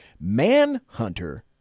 Manhunter